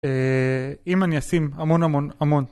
אם אני אשים המון המון המון